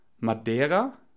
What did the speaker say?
madeira